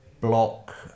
block